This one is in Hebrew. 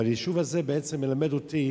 אבל היישוב הזה בעצם מלמד אותי